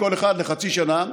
כל אחד לחצי שנה.